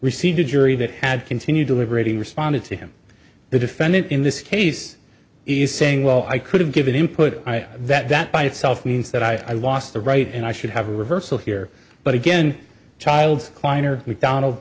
received a jury that had continue deliberating responded to him the defendant in this case is saying well i could have given him put that that by itself means that i lost the right and i should have a reversal here but again child kleiner mcdonald